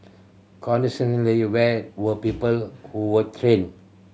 where were people who were trained